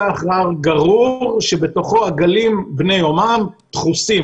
אחרי גרור שבתוכו עגלים בני יומם דחוסים.